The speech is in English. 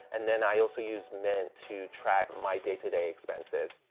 and then i also use mint to track my day-to-day expenses.